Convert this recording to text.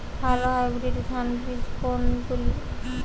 ভালো হাইব্রিড ধান বীজ কোনগুলি?